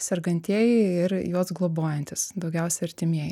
sergantieji ir juos globojantys daugiausia artimieji